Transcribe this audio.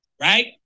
Right